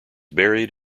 buried